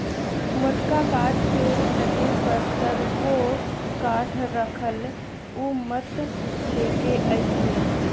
मोटका काठ के लगे पतरको काठ राखल उ मत लेके अइहे